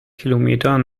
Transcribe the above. kilometer